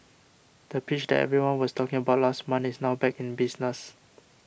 the pitch that everyone was talking about last month is now back in business